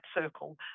circle